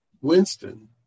Winston